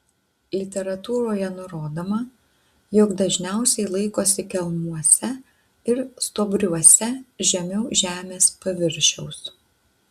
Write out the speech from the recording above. literatūroje nurodoma jog dažniausiai laikosi kelmuose ir stuobriuose žemiau žemės paviršiaus